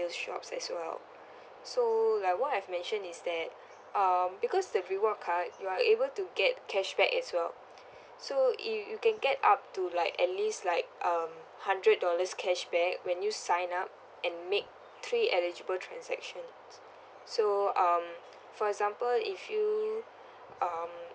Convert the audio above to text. ~il shops as well so like what I've mentioned is that um because the reward card you are able to get cashback as well so if you can get up to like at least like um hundred dollars cashback when you sign up and make three eligible transaction so um for example if you um